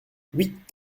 huit